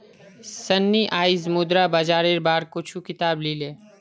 सन्नी आईज मुद्रा बाजारेर बार कुछू किताब ली ले